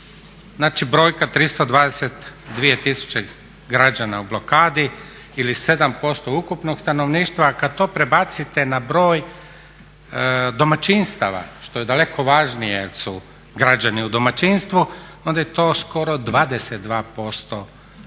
Znači, brojka 322 tisuće građana u blokadi ili 7% ukupnog stanovništva, a kad to prebacite na broj domaćinstava što je daleko važnije jer su građani u domaćinstvu onda je skoro 22% domaćinstava